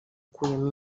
ukuyemo